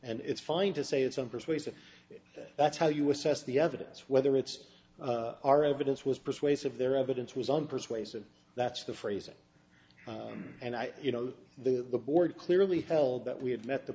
and it's fine to say it's unpersuasive that's how you assess the evidence whether it's our evidence was persuasive their evidence was unpersuasive that's the phrasing and i you know that the board clearly held that we had met the